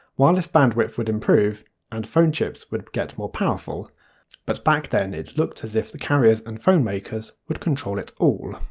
wireless bandwidth would improve and phone chips would get more powerful but back then it looked as if the carriers and phone makers would control it all.